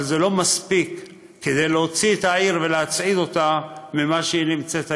אבל זה לא מספיק כדי להוציא את העיר ולהצעיד אותה ממה שהיא נמצאת היום.